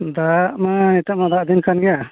ᱫᱟᱜ ᱢᱟ ᱱᱮᱛᱟᱨ ᱢᱟ ᱫᱟᱜ ᱫᱤᱱ ᱠᱟᱱ ᱜᱮᱭᱟ